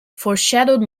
foreshadowed